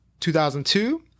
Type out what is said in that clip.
2002